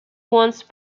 once